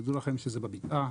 תדעו לכם שזה בבקעה,